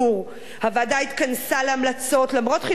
הוועדה התכנסה להמלצות למרות חילוקי הדעות,